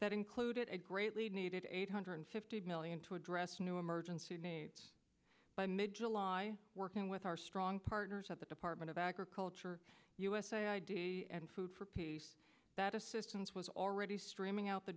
that included a great lead needed eight hundred fifty million to address new emergency needs by mid july working with our strong partners at the department of agriculture usa id and food for peace that assistance was already streaming out the